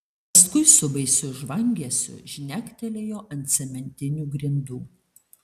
paskui su baisiu žvangesiu žnektelėjo ant cementinių grindų